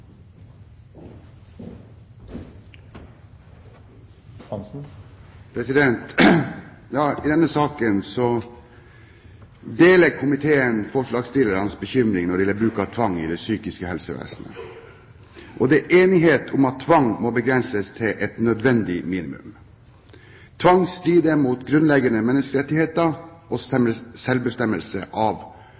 I denne saken deler komiteen forslagsstillernes bekymring når det gjelder bruk av tvang i det psykiske helsevesenet. Det er enighet om at tvang må begrenses til et nødvendig minimum. Tvang strider mot grunnleggende menneskerettigheter og selvbestemmelse av